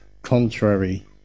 contrary